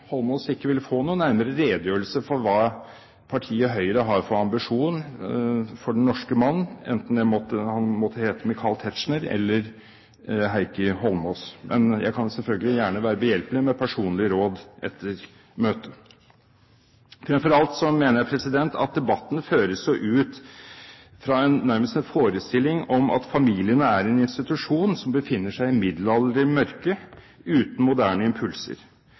Holmås ikke vil få noen nærmere redegjørelse for hvilke ambisjoner partiet Høyre har for den norske mann, enten han måtte hete Michael Tetzschner eller Heikki Holmås. Men jeg kan selvfølgelig gjerne være behjelpelig med personlige råd etter møtet. Fremfor alt mener jeg at debatten føres ut fra nærmest en forestilling om at familien er en institusjon som befinner seg i middelaldermørket, uten moderne impulser.